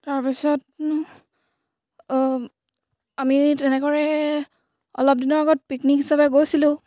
তাৰপিছত আমি তেনেকৈ অলপ দিনৰ আগত পিকনিক হিচাপে গৈছিলোঁ